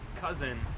cousin